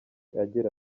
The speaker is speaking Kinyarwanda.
agira